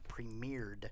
premiered